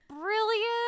brilliant